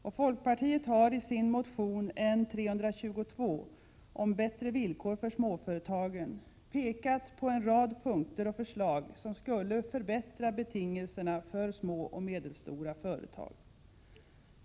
Och folkpartiet har i sin motion N322 om bättre villkor för småföretagen pekat på en rad punkter och förslag som skulle förbättra betingelserna för små och medelstora företag.